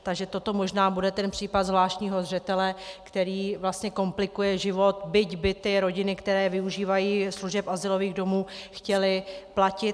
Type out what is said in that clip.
Takže toto možná bude ten případ zvláštního zřetele, který vlastně komplikuje život, byť by ty rodiny, které využívají služeb azylových domů, chtěly platit.